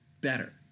Better